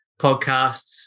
podcasts